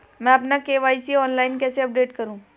मैं अपना KYC online कैसे अपडेट करूँ?